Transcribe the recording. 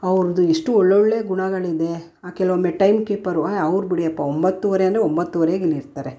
ಅವ್ರದ್ದು ಎಷ್ಟು ಒಳ್ಳೊಳ್ಳೆಯ ಗುಣಗಳಿದೆ ಕೆಲವೊಮ್ಮೆ ಟೈಮ್ ಕೀಪರು ಅವ್ರು ಬಿಡಿಯಪ್ಪಾ ಒಂಬತ್ತುವರೆ ಅಂದರೆ ಒಂಬತ್ತುವರೆಗೆ ಇಲ್ಲಿರ್ತಾರೆ